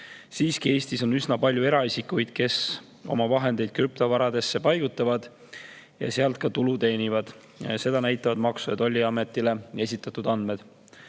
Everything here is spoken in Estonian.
Siiski, Eestis on üsna palju eraisikuid, kes oma vahendeid krüptovaradesse paigutavad ja sealt ka tulu teenivad. Seda näitavad Maksu- ja Tolliametile esitatud andmed.